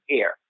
air